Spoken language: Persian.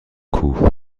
کوه